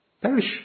perish